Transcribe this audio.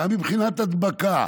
גם מבחינת הדבקה,